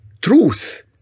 truth